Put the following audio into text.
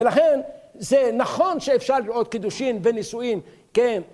ולכן זה נכון שאפשר לראות קידושין ונישואין, כן.